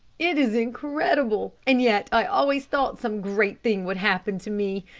it is incredible, and yet i always thought some great thing would happen to me,